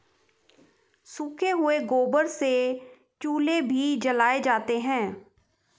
सूखे हुए गोबर से चूल्हे भी जलाए जाते हैं